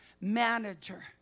manager